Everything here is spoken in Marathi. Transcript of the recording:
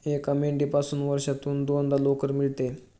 एका मेंढीपासून वर्षातून दोनदा लोकर मिळते